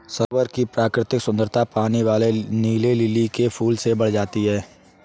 सरोवर की प्राकृतिक सुंदरता पानी वाले नीले लिली के फूल से बढ़ जाती है